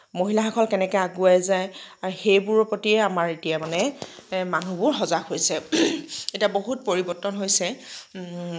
মহিলাসকল কেনেকৈ আগুৱাই যায় সেইবোৰৰ প্ৰতি আমাৰ এতিয়া মানে মানুহবোৰ সজাগ হৈছে এতিয়া বহুত পৰিৱৰ্তন হৈছে